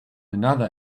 another